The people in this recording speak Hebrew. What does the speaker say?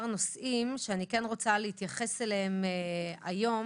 נושאים שאני כן רוצה להתייחס אליהם היום.